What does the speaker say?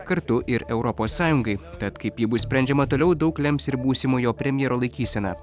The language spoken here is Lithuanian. kartu ir europos sąjungai tad kaip ji bus sprendžiama toliau daug lems ir būsimojo premjero laikysena